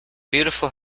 beautiful